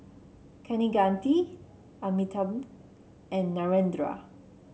Kaneganti Amitabh and Narendra